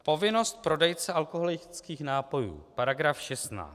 Povinnost prodejce alkoholických nápojů, § 16.